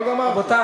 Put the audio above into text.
לא גמרתי.